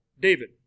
David